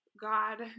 God